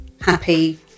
happy